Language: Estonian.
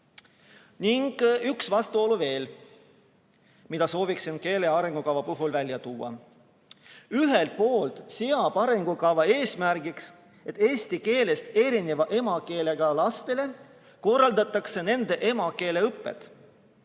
üks vastuolu veel, mille sooviksin keele arengukava puhul välja tuua. Ühelt poolt seab arengukava eesmärgiks, et eesti keelest erineva emakeelega lastele korraldatakse nende emakeele õpet,